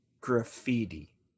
graffiti